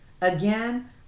Again